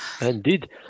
Indeed